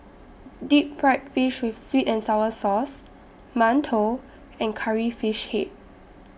Deep Fried Fish with Sweet and Sour Sauce mantou and Curry Fish Head